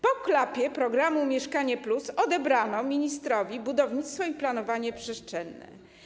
Po klapie programu ˝Mieszkanie+˝ odebrano ministrowi budownictwo i planowanie przestrzenne.